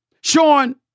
Sean